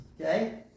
okay